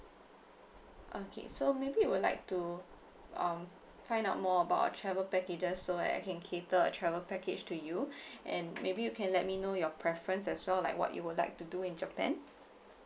okay so maybe you would like to um find out more about our travel packages so that I can cater a travel package to you and maybe you can let me know your preference as well like what you would like to do in japan